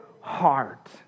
heart